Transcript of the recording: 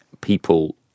people